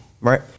Right